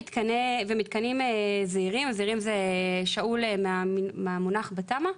מתקנים זעירים, זעירים זה שאול מהמונח בתמ"א,